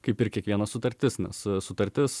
kaip ir kiekviena sutartis nes sutartis